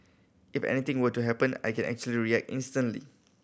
if anything were to happen I can actually react instantly